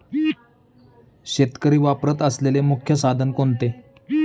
शेतकरी वापरत असलेले मुख्य साधन कोणते?